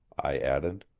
i added.